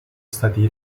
stati